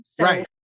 Right